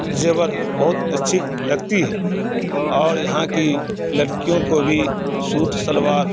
زیور بہت اچھی لگتی ہے اور یہاں کی لڑکیوں کو بھی سوٹ شلوار